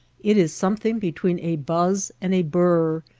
it is some thing between a buzz and a burr,